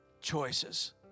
choices